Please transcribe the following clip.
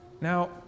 Now